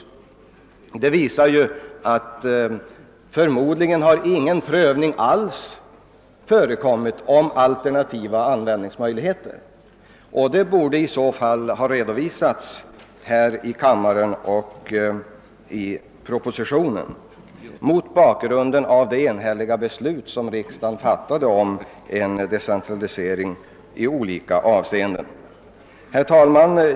Detta uttalande visar att det med all sannolikhet inte förekommit någon prövning alls av alternativa användningsmöjligheter. En sådan prövning borde i så fall med hänsyn till riksdagens enhälliga beslut om en decentralisering ha redovisats här i kammaren av statsrådet och i propositionen.